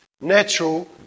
natural